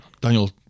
Daniel